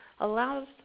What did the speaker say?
allows